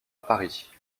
paris